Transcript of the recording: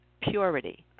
Purity